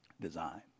design